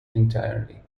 entirely